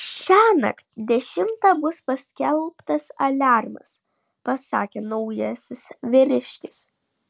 šiąnakt dešimtą bus paskelbtas aliarmas pasakė naujasis vyriškis